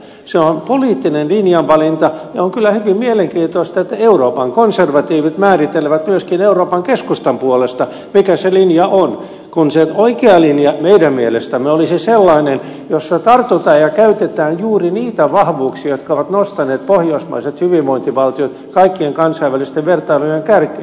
se on poliittinen linjanvalinta ja on kyllä hyvin mielenkiintoista että euroopan konservatiivit määrittelevät myöskin euroopan keskustan puolesta mikä se linja on kun sen oikea linja meidän mielestämme olisi sellainen jossa tartutaan ja käytetään juuri niitä vahvuuksia jotka ovat nostaneet pohjoismaiset hyvinvointivaltiot kaikkien kansainvälisten vertailujen kärkeen